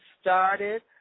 started